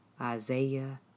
Isaiah